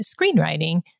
screenwriting